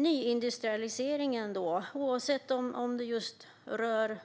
Nyindustrialiseringen kan gälla